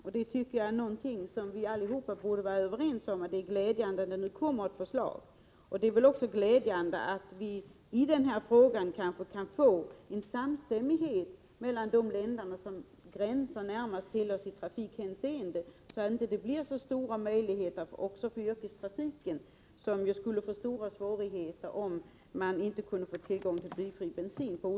Jag tycker att vi alla bör vara överens om det glädjande i att det kommer ett förslag. Likaså vore det glädjande om vi i den här frågan kunde uppnå samstämmighet med de länder som gränsar till oss. Det skulle nämligen uppstå stora svårigheter för yrkestrafiken, om det inte fanns tillgång till blyfri bensin.